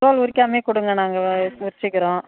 தோல் உரிக்காமலே கொடுங்க நாங்கள் வே உரிச்சிக்கிறோம்